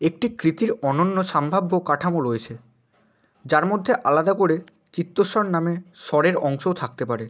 একটি কৃতীর অন্যান্য সম্ভাব্য কাঠামো রয়েছে যার মধ্যে আলাদা করে চিত্তস্বর নামে স্বরের অংশও থাকতে পারে